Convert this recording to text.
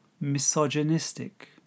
misogynistic